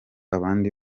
abandi